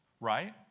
right